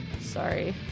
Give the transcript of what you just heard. sorry